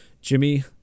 jimmy